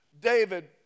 David